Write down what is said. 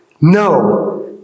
no